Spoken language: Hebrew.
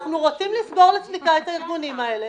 אנחנו רוצים לסגור לסליקה את הגופים האלה